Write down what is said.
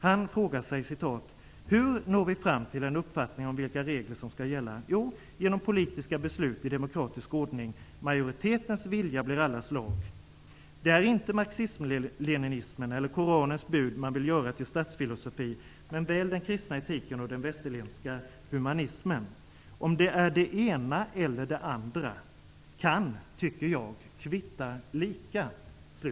Han frågar sig: ''Hur når vi då fram till en uppfattning om vilka regler som ska gälla? Jo, genom politiska beslut i demokratisk ordning. Majoritetens vilja blir allas lag. -- Det är inte marxismen-leninismen eller Koranens bud man vill göra till statsfilosofi, men väl den kristna etiken och den västerländska humanismen. Om det är det ena eller det andra kan, tycker jag, kvitta lika.''